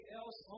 else